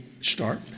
start